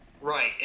right